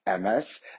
MS